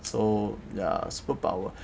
so ya superpower